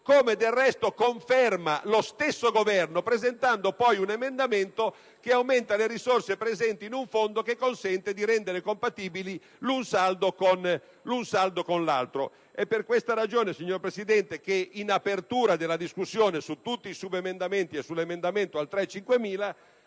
come del resto conferma lo stesso Governo presentando un emendamento che aumenta le risorse presenti in un fondo e che consente di rendere compatibili l'un saldo con l'altro. Per questa ragione, signor Presidente, in apertura della discussione su tutti i subemendamenti e sull'emendamento 3.5000/300,